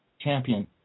champion